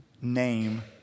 name